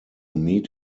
meet